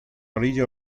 orilla